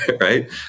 Right